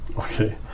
Okay